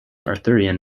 arthurian